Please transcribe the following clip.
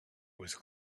was